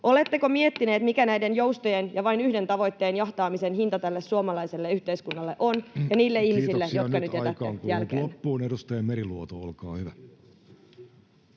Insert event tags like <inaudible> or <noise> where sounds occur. koputtaa] miettinyt, mikä näiden joustojen ja vain yhden tavoitteen jahtaamisen hinta on tälle suomalaiselle yhteiskunnalle <noise> ja niille ihmisille, jotka nyt jätätte jälkeen? Kiitoksia. Nyt aika on kulunut loppuun. — Edustaja Meriluoto, olkaa hyvä.